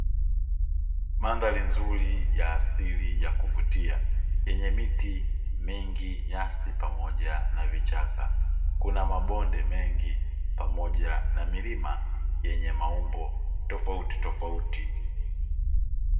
Mandhari nzuri ya asili ya kuvutia yenye miti mingi, nyasi pamoja na vichaka kuna mabonde mengi pamoja na milima yenye maumbo tofautitofauti.